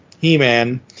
He-Man